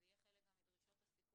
זה יהיה חלק מדרישות הסיכום,